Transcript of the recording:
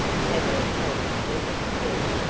tavia hoped it was true.